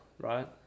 right